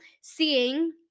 seeing